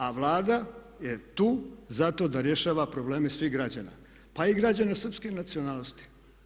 Ali Vlada je tu zato da rješava probleme svih građana, pa i građana srpske nacionalnosti.